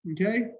Okay